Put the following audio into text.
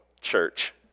church